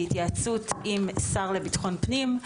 בהתייעצות עם השר לביטחון פנים,